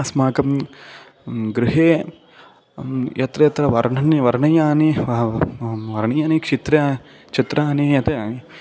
अस्माकं गृहे यत्र यत्र वर्णानि वर्णानि बहवः वणीर्यानि क्षित्र चित्राणि यत्